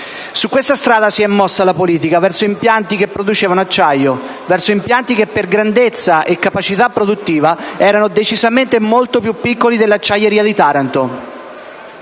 Su questa strada si è mossa la politica, verso impianti che producevano acciaio, verso impianti che per grandezza e capacità produttiva erano decisamente molto più piccoli dell'acciaieria di Taranto.